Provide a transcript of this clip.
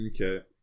okay